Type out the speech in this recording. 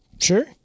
Sure